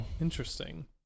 Interesting